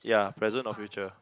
ya present or future